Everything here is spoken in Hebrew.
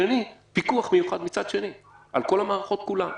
פיקוח מיוחד על כל המערכות כולן מצד שני.